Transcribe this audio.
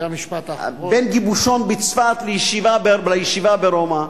בין גיבושון בצפת לישיבה ברומא,